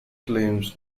claims